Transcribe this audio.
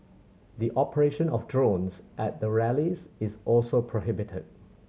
the operation of drones at the rallies is also prohibited